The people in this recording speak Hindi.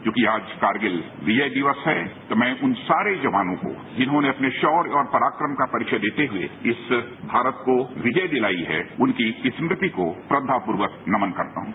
क्योंकि आज करगिल विजय दिवस है तो मैं उन सारे जवानों को जिन्होंने अपने शौर्य और पराक्रम का परिचय देते हुए इस भारत को विजय दिलाई है उनकी स्मृति को श्रद्धापूर्वक नमन करता हूं